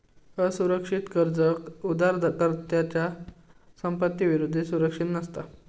असुरक्षित कर्ज उधारकर्त्याच्या संपत्ती विरुद्ध सुरक्षित नसता